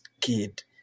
kid